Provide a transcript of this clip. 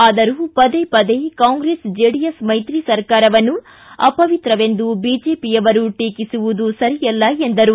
ಆದರೂ ಪದೇ ಪದೇ ಕಾಂಗ್ರೆಸ್ ಜೆಡಿಎಸ್ ಮೈತ್ರಿ ಸರ್ಕಾರವನ್ನು ಅಪವಿತ್ರವೆಂದು ಬಿಜೆಪಿಯವರು ಟೀಕಿಸುವುದು ಸರಿಯಲ್ಲ ಎಂದರು